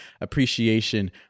appreciation